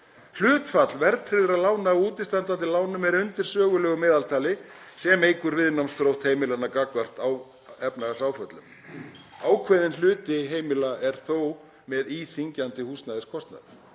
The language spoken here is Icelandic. Hlutfall verðtryggðra lána af útistandandi lánum er undir sögulegu meðaltali sem eykur viðnámsþrótt heimilanna gagnvart efnahagsáföllum. Ákveðinn hluti heimila er þó með íþyngjandi húsnæðiskostnað.